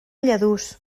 lladurs